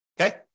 okay